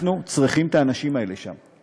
אנחנו צריכים את האנשים האלה שם.